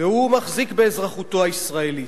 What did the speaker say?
והוא מחזיק באזרחותו הישראלית.